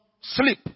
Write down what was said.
sleep